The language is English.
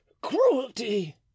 cruelty